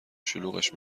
شلوغش